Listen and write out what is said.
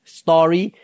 story